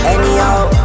Anyhow